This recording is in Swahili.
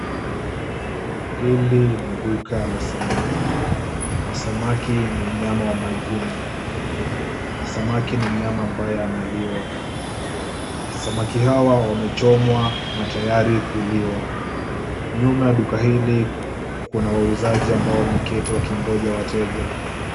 Hili ni duka la samaki, samaki ni mnyama wa majini, samaki ni mnyama ambaye analiwa, samaki hawa wamechomwa na tayari kuliwa. Nyuma ya duka hili kuna wauzaji ambao wameketi wakingoja wateja.